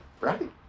Right